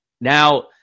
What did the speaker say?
Now